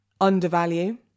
undervalue